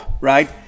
right